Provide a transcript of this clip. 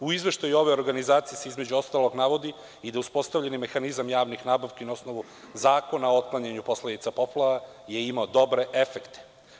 U izveštaju ove organizacije se, između ostalog, navodi i da je uspostavljen mehanizam javnih nabavki na osnovu Zakona o otklanjanju posledica poplava je imao dobre efekte.